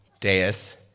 dais